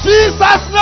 Jesus